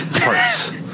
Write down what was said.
Parts